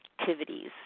activities